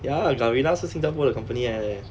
ya Garena 是 singapore 的 company 来的